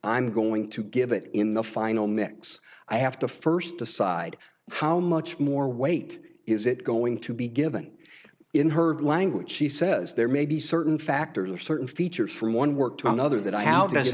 i'm going to give it in the final mix i have to first decide how much more weight is it going to be given in herd language she says there may be certain factors or certain features from one work to another that i h